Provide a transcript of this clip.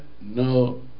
no